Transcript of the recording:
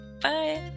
Bye